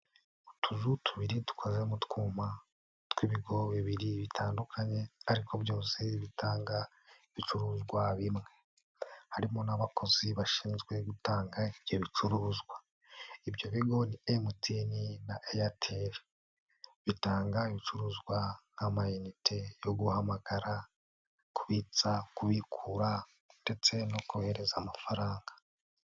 Utuzu tubiri dukoze mu twuma tw'ibigo bibiri bitandukanye ariko byose bitanga ibicuruzwa bimwe, harimo n'abakozi bashinzwe gutanga ibyo bicuruzwa, ibyo bigo ni MTN na Airtel bitanga ibicuruzwa nk'amayinite yo guhamagara, kubitsa, kubikura ndetse no kohereza amafaranga.